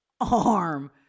Arm